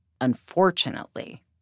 Unfortunately